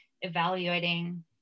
evaluating